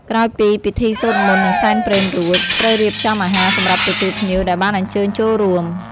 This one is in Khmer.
ក្រោយពីពិធីសូត្រមន្ត និងសែនព្រេនរួច ត្រូវរៀបចំអាហារសម្រាប់ទទួលភ្ញៀវដែលបានអញ្ជើញចូលរួម។